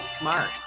smart